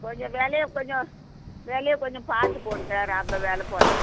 கொஞ்சம் விலைய கொஞ்சம் விலைய கொஞ்சம் பார்த்துப்போடுங்க ரொம்ப வில போட